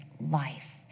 life